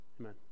Amen